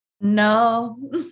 No